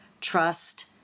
trust